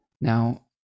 now